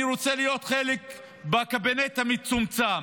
אני רוצה להיות חלק בקבינט המצומצם.